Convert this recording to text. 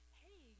hey